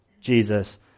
Jesus